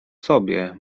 sobie